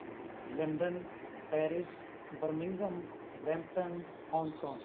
London Paris Birmingham Brampton Hong Kong